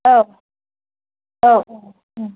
औ औ